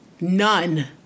None